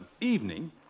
evening